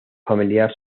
familiar